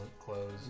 clothes